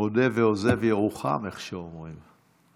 מודה ועוזב ירוחם, איך שאומרים.